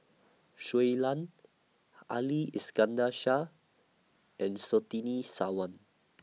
Shui Lan Ali Iskandar Shah and Surtini Sarwan